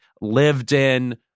lived-in